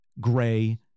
gray